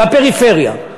בפריפריה.